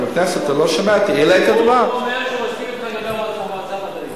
הוא אומר שהוא מסכים אתך, מועצה מדעית.